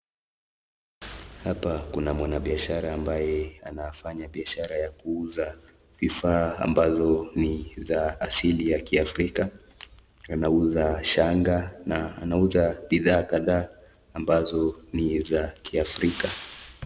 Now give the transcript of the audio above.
Hapa kuna mwanabiashara ambaye anafanya biashara ya kuuza vifaa ambazo ni za asili ya kiafrika, anauza shanga na anauza bidhaa kadhaa ambazo ni ya kiafrika.